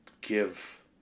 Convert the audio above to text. give